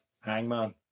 Hangman